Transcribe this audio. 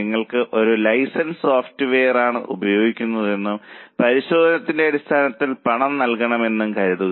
നിങ്ങൾ ഒരു ലൈസൻസ് സോഫ്റ്റ്വെയറാണ് ഉപയോഗിക്കുന്നതെന്നും പരിശോധിച്ചതിന്റെ അടിസ്ഥാനത്തിൽ പണം നൽകുമെന്നും കരുതുക